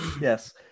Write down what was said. Yes